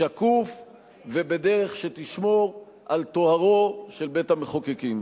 שקוף, ובדרך שתשמור על טוהרו של בית-המחוקקים.